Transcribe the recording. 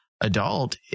adult